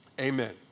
amen